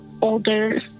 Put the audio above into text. older